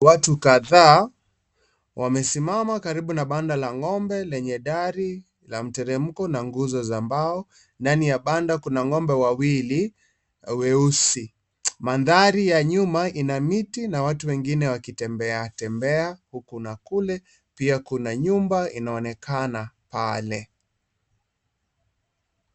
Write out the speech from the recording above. Watu kadhaa wamesimama karibu na panda la ng'ombe lenye dari la mteremuko na nguzo za mbao. Ndani ya panda kuna ng'ombe wawili weusi. Mandari ya nyuma kuna ina miti na watu wengine wakitembeatembea huku na kule pia Kuna nyumba inaonekana pale.